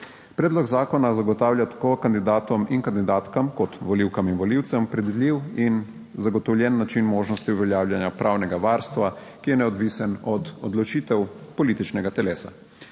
Predlog zakona zagotavlja tako kandidatom in kandidatkam kot volivkam in volivcem predvidljiv in zagotovljen način možnosti uveljavljanja pravnega varstva, ki je neodvisen od odločitev političnega telesa.